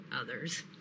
others